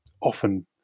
often